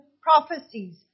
prophecies